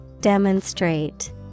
Demonstrate